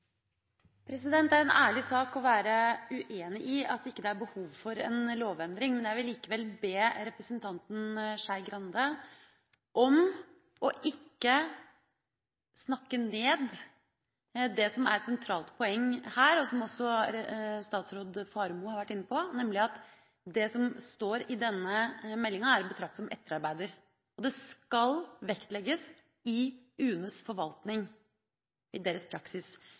ser. Det er en ærlig sak å være uenig i at det ikke er behov for en lovendring, men jeg vil likevel be representanten Skei Grande om ikke å snakke ned det som er et sentralt poeng her, og som også statsråd Faremo har vært inne på, nemlig at det som står i denne meldinga, er å betrakte som etterarbeider. Det skal vektlegges i UNEs forvaltning, i deres praksis.